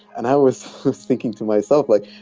and i was was thinking to myself like,